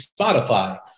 Spotify